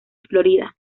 florida